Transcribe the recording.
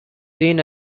seen